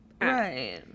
Right